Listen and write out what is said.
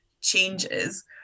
changes